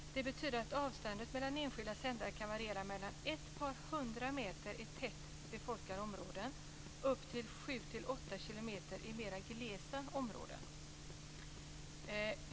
Det betyder att avståndet mellan enskilda sändare kan variera mellan ett par hundra meter i tätt befolkade områden och upp till sju åtta kilometer i mer glesbefolkade områden.